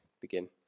begin